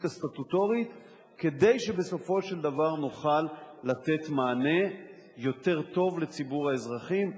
הסטטוטורית כדי שבסופו של דבר נוכל לתת מענה יותר טוב לציבור האזרחים.